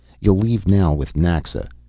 you'll leave now with naxa.